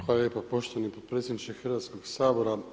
Hvala lijepa poštovani potpredsjedniče Hrvatskog sabora.